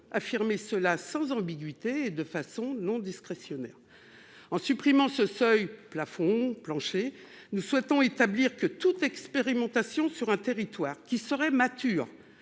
affirmer cela sans ambiguïté de façon non-discrétionnaire en supprimant ce seuil plafond au plancher, nous souhaitons établir que toute expérimentation sur un territoire qui seraient mature